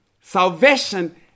Salvation